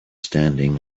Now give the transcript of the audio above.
standing